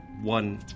one